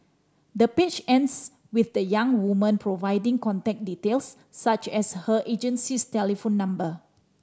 the page ends with the young woman providing contact details such as her agency's telephone number